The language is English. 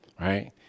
right